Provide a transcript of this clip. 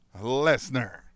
Lesnar